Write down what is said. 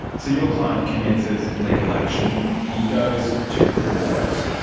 so your client commences legal action. he goes to court.